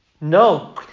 No